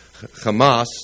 Hamas